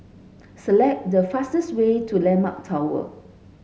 select the fastest way to Landmark Tower